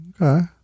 Okay